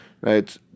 Right